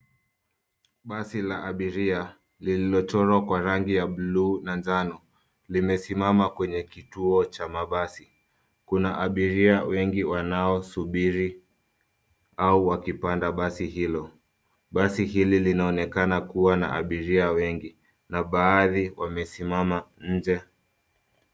Basi la abiria lililochorwa kwa rangi ya buluu na njano limesimama kwenye kituo cha mabasi. Kuna abiria wengi wanaosubiri au wakipanda basi hilo. Basi hili linaonekana kuwa na abiria wengi na baadhi wamesimama nje.